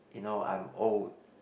you know I am old